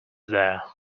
there